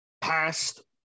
past